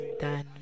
done